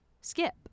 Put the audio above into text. skip